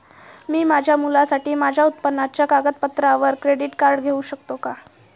मी माझ्या मुलासाठी माझ्या उत्पन्नाच्या कागदपत्रांवर क्रेडिट कार्ड घेऊ शकतो का?